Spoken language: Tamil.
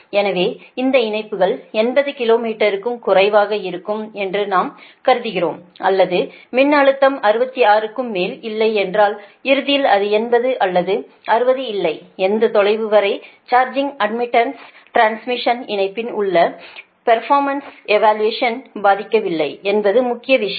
எனவே அந்த இணைப்புகள் 80 கிலோமீட்டருக்கும் குறைவாக இருக்கும் என்று நாம் கருதுவோம் அல்லது மின்னழுத்தம் 66 க்கு மேல் இல்லை என்றால் இறுதியில் அது 80 அல்லது 60 இல்லை எந்த தொலைவு வரை சார்ஜிங் அட்மிட்டன்ஸ் டிரான்ஸ்மிஷன் இணைப்பின் உங்கள் பெர்ஃபாமன்ஸ் ஏவாலுவேஷன் பாதிக்கவில்லை என்பது முக்கிய விஷயம்